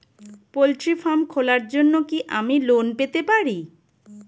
Poultry farm খোলার জন্য কি আমি লোন পেতে পারি?